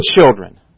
children